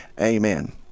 Amen